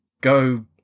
go